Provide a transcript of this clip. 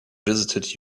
visited